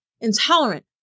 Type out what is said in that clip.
intolerant